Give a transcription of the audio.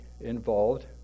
involved